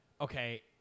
Okay